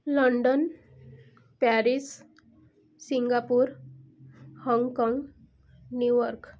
London Paris Singapore Hong Kong New York